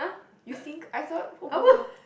you think I thought who confirmed